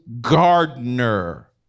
gardener